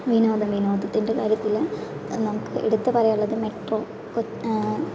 വിനോദം വിനോദത്തിൻ്റെ കാര്യത്തില് നമുക്ക് എടുത്തു പറയാനുള്ളത് മെട്രോ